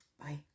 Bye